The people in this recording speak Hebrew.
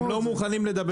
הם לא מוכנים לדבר.